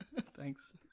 Thanks